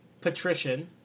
patrician